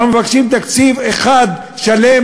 אנחנו מבקשים תקציב אחד שלם,